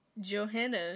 Johanna